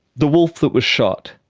the wolf that was shot,